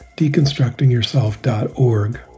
deconstructingyourself.org